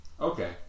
Okay